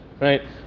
right